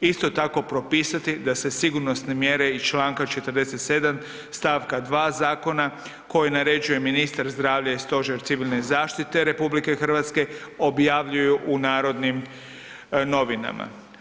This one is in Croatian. Isto tako, propisati da se sigurnosne mjere iz čl. 47. st. 2. zakona, koji naređuje ministar zdravlja i Stožer civilne zaštite RH, objavljuju u Narodnim novinama.